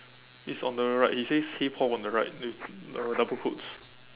it's on the right it says hey Paul on the right with uh double quotes